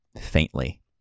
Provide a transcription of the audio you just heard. faintly